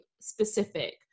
specific